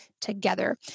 together